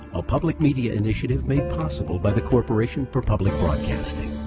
a public media initiative made possible by the corporation for public broadcasting.